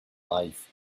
life